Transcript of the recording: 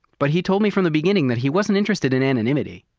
but he told me from the beginning that he wasn't interested in anonymity.